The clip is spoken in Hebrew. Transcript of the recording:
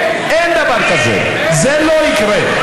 אין דבר כזה, זה לא יקרה.